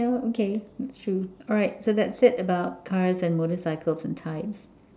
yeah okay that's true all right so that's it about cars and motorcycles and types